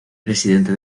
presidente